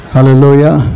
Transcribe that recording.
Hallelujah